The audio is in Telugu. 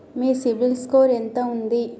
మీ సిబిల్ స్కోర్ ఎంత ఉంది?